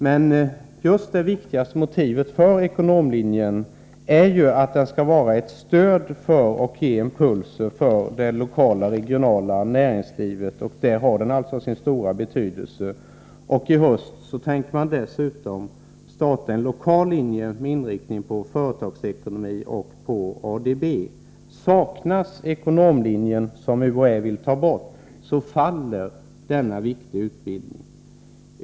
Men det viktigaste motivet för ekonomlinjen är att den skall vara ett stöd för och ge impulser till det lokala och regionala näringslivet. Där har den sin stora betydelse. I höst tänker man dessutom starta en lokal linje med inriktning på företagsekonomi och ADB. Saknas ekonomlinjen, som UHÄ vill ta bort, faller denna viktiga utbildning.